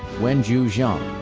wenju zhang.